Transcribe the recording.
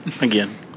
Again